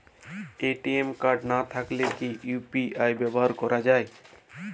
ATM card না থাকলে কি ইউ.পি.আই ব্যবহার করা য়ায়?